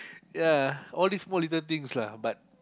ya all these small little things lah but